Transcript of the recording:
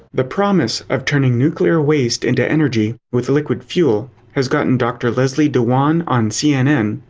the promise of turning nuclear waste into energy with liquid fuel has gotten dr. leslie dewan on cnn,